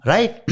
Right